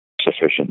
sufficient